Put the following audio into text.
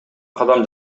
кадам